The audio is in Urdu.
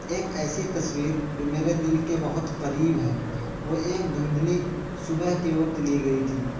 ایک ایسی تصویر جو میرے دل کے بہت قریب ہے وہ ایک دھندلی صبح کے وقت لی گئی تھی